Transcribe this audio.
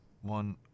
one